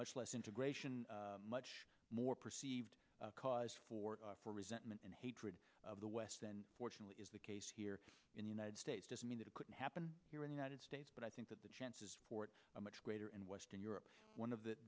much less integration much more perceived cause for for resentment and hatred of the west and fortunately is the case here in the united states doesn't mean that it couldn't happen here in united states but i think that the chances for a much greater in western europe one of the